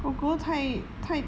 kor kor 太太